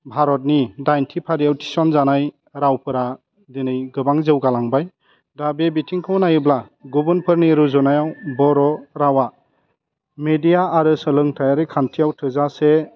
भारतनि दाइनथि फारियाव थिसन जानाय रावफोरा दिनै गोबां जौगा लांबाय दा बे बिथिंखौ नायोब्ला गुबुनफोरनि रुजुनायाव बर' रावा मेडिया आरो सोलोंथाइआरि खान्थियाव थोजासे